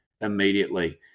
immediately